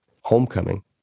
homecoming